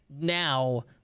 now